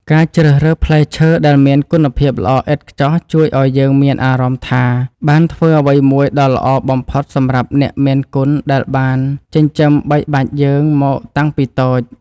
ការជ្រើសរើសផ្លែឈើដែលមានគុណភាពល្អឥតខ្ចោះជួយឱ្យយើងមានអារម្មណ៍ថាបានធ្វើអ្វីមួយដ៏ល្អបំផុតសម្រាប់អ្នកមានគុណដែលបានចិញ្ចឹមបីបាច់យើងមកតាំងពីតូច។